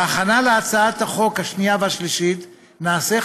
בהכנה להצעת החוק לקריאה השנייה והשלישית נעשה,